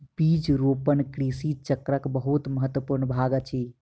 बीज रोपण कृषि चक्रक बहुत महत्वपूर्ण भाग अछि